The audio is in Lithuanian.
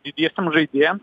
didiesiem žaidėjam